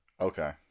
Okay